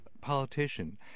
politician